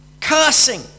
cursing